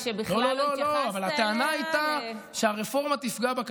בשבוע שעבר הייתי בארצות הברית.